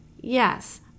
yes